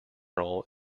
roll